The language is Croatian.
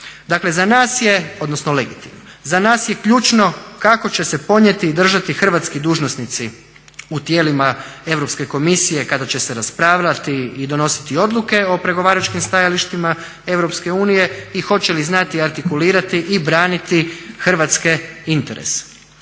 legalno, odnosno legitimno. Dakle, za nas je ključno kako će se podnijeti i držati hrvatski dužnosnici u tijelima Europske komisije kada će se raspravljati i donositi odluke o pregovaračkim stajalištima EU i hoće li znati artikulirati i braniti hrvatske interese.